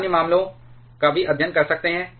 हम अन्य मामले का भी अध्ययन कर सकते हैं